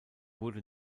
wurde